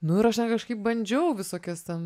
nu ir aš ten kažkaip bandžiau visokias ten